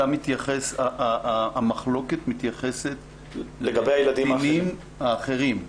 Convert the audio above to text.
זה יושב באותו --- המחלוקת מתייחסת לקטינים האחרים?